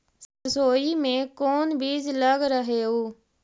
सरसोई मे कोन बीज लग रहेउ?